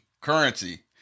currency